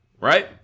right